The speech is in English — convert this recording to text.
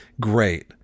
great